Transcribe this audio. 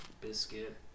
Biscuit